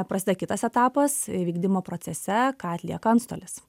prasideda kitas etapas vykdymo procese ką atlieka antstolis